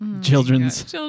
Childrens